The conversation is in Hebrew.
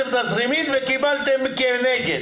תזרימית וקיבלתם כנגד.